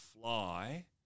fly